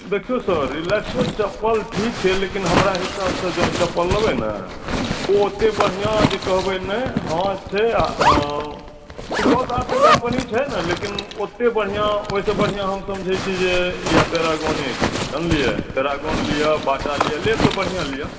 देखियो सर रिलैक्सो चप्पल ठीक छै लेकिन हमरा हिसाबसँ जँ चप्पल लेबै ने ओ ओतेक बढ़िआँ जे कहबै ने हँ छै टिकाउदार तऽ कम्पनी छै ने लेकिन ओतेक बढ़िआँ ओहिसँ बढ़िआँ हम समझैत छी जे इएह पैरागौनेके जानलियै पैरागौन लिअ बाटा लिअ लेब तऽ बढ़िआँ लिअ